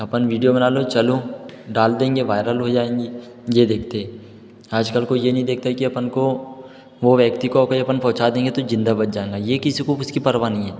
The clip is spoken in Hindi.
अपन वीडियो बना लो चलो डाल देंगे वायरल हो जाएंगी ये देखते है आजकल कोई ये नहीं देखता कि अपन को वो व्यक्ति को भी अपन पहुँचा देंगे तो जिंदा बच जाएगा ये किसी को भी उसकी परवाह नहीं है